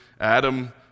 Adam